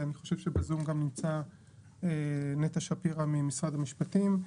אני חושב שבזום גם נמצאת נטע שפירא ממשרד המשפטים.